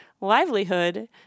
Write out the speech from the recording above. livelihood